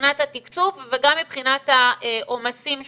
מבחינת התקצוב וגם מבחינת העומסים שלהם,